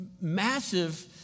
massive